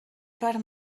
per